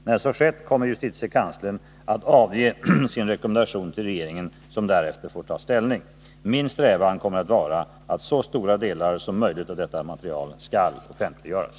När så skett kommer justitiekanslern att avge sin rekommendation till regeringen, som därefter får ta ställning. Min strävan kommer att vara att så stora delar som möjligt av detta material skall offentliggöras.